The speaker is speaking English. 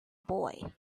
boy